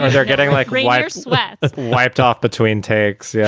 they're getting like rewires sweat wiped off between takes yeah